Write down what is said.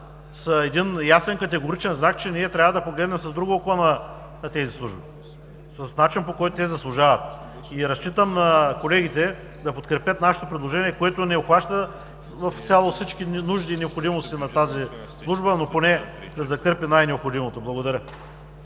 са един ясен категоричен знак, че ние трябва да погледнем с друго око на тези служби – с начин, по който те заслужават. Разчитам на колегите да подкрепят нашето предложение, което не обхваща в цялост всичките нужди и необходимости на тази служба, но поне да закърпи най необходимото. Благодаря.